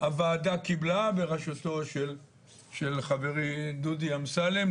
הוועדה קיבלה בראשותו של חברי דודי אמסלם,